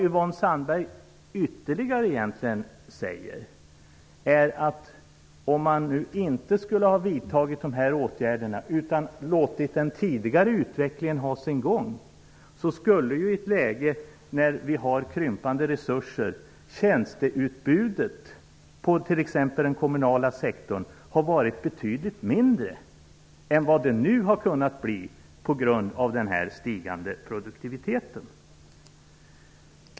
Yvonne Sandberg-Fries säger ytterligare att tjänsteutbudet på exempelvis den kommunala sektorn, i ett läge med krympande resurser, skulle ha varit betydligt mindre än det nu kunnat bli genom den stigande produktiviteten, om man inte vidtagit dessa åtgärder utan låtit den tidigare utvecklingen ha sin gång.